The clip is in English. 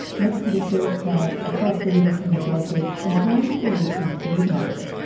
next to the surf club, across the river from the dog beach, and home to the weekly food market.